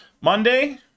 Monday